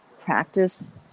practice